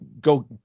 Go